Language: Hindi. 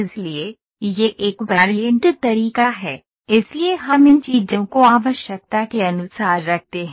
इसलिए यह एक वैरिएंट तरीका है इसलिए हम इन चीजों को आवश्यकता के अनुसार रखते हैं